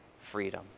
freedom